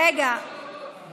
רגע, רגע.